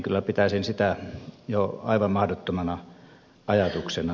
kyllä sitä pitäisin jo aivan mahdottomana ajatuksena